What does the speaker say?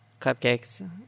cupcakes